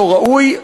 לא ראוי,